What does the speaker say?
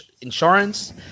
insurance